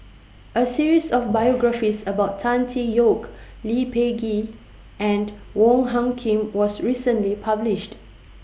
A series of biographies about Tan Tee Yoke Lee Peh Gee and Wong Hung Khim was recently published